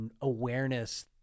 awareness